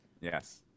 yes